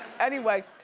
anyway,